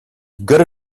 good